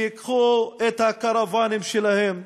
שייקחו את הקרוונים שלהם,